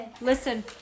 listen